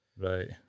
Right